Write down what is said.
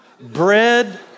Bread